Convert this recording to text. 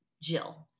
Jill